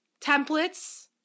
Templates